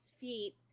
feet